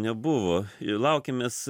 nebuvo ir laukiamės